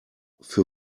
für